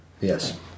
Yes